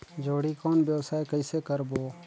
जोणी कौन व्यवसाय कइसे करबो?